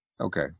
Okay